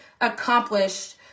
accomplished